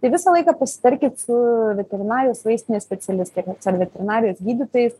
tai visą laiką pasitarkit su veterinarijos vaistinės specialistėmis ar veterinarijos gydytojais